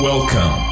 Welcome